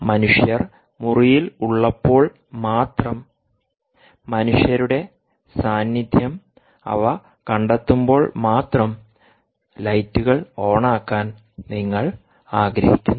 മനുഷ്യർ മുറിയിൽ ഉള്ളപ്പോൾ മാത്രം മനുഷ്യരുടെ സാന്നിധ്യം അവ കണ്ടെത്തുമ്പോൾ മാത്രം ലൈറ്റുകൾ ഓണാക്കാൻ നിങ്ങൾ ആഗ്രഹിക്കുന്നു